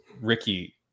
Ricky